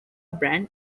brand